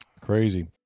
Crazy